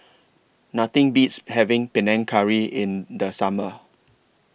Nothing Beats having Panang Curry in The Summer